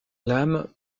lame